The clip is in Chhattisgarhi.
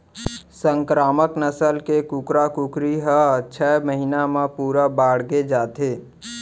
संकरामक नसल के कुकरा कुकरी ह छय महिना म पूरा बाड़गे जाथे